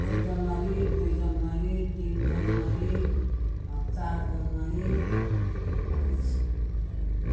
एक जनवरी दुई जनवरी तिन जनवरी चार जनवरी पाँच जनवरी